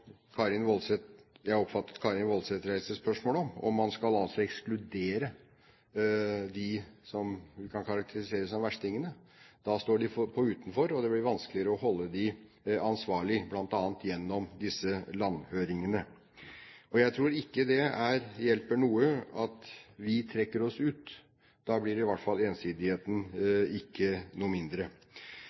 jeg oppfattet at Karin Woldseth reiste spørsmål om – at man skal ekskludere dem som vi kan karakterisere som verstinger. Da står de utenfor, og det blir vanskeligere å holde dem ansvarlig, bl.a. gjennom disse landhøringene. Jeg tror ikke det hjelper noe at vi trekker oss ut. Da blir i hvert fall ikke ensidigheten mindre.